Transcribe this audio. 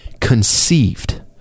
conceived